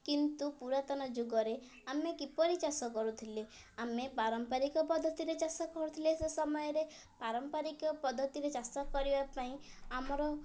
କିନ୍ତୁ ପୁରାତନ ଯୁଗରେ ଆମେ କିପରି ଚାଷ କରୁଥିଲେ ଆମେ ପାରମ୍ପାରିକ ପଦ୍ଧତିରେ ଚାଷ କରୁଥିଲେ ସେ ସମୟରେ ପାରମ୍ପାରିକ ପଦ୍ଧତିରେ ଚାଷ କରିବା ପାଇଁ ଆମର